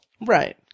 right